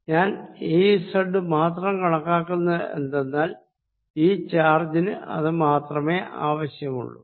ഞാൻ Ez മാത്രം കണക്കാക്കുന്നത് എന്തെന്നാൽ ഈ ചാർജിന് അത് മാത്രമേ ആവശ്യമുള്ളൂ